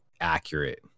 accurate